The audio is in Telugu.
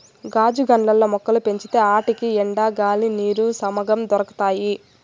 గాజు ఇండ్లల్ల మొక్కలు పెంచితే ఆటికి ఎండ, గాలి, నీరు సమంగా దొరకతాయి